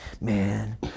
man